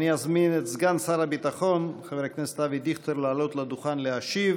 אני אזמין את סגן שר הביטחון חבר הכנסת אבי דיכטר לעלות לדוכן להשיב